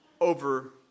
over